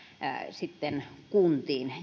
kuntiin